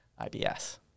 IBS